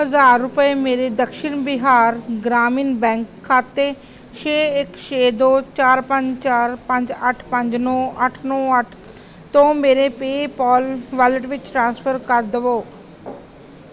ਹਜ਼ਾਰ ਰੁਪਏ ਮੇਰੇ ਦਕਸ਼ਿਨ ਬਿਹਾਰ ਗ੍ਰਾਮੀਣ ਬੈਂਕ ਖਾਤੇ ਛੇ ਇੱਕ ਛੇ ਦੋ ਚਾਰ ਪੰਜ ਚਾਰ ਪੰਜ ਅੱਠ ਪੰਜ ਨੌਂ ਅੱਠ ਨੌਂ ਅੱਠ ਤੋਂ ਮੇਰੇ ਪੇਪਾਲ ਵਾਲਿਟ ਵਿੱਚ ਟ੍ਰਾਂਸਫਰ ਕਰ ਦਵੋ